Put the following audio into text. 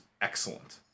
excellent